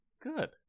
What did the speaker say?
Good